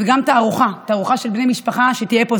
וגם תערוכה של בני משפחה תהיה פה.